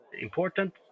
important